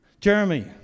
Jeremy